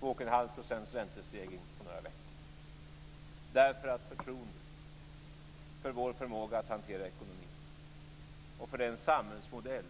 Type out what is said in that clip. Det blev en räntestegring på 2 1⁄2 % på några veckor därför att förtroende för vår förmåga att hantera ekonomin och för den samhällsmodell